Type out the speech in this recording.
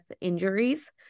injuries